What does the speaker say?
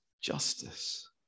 Justice